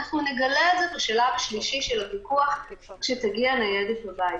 נגלה את זה בשלב השלישי של הפיקוח כשתגיע ניידת לבית.